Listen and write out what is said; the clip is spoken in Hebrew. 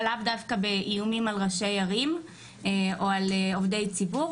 דווקא באיומים על ראשי ערים או על עובדי ציבור,